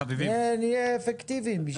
נהיה אפקטיביים.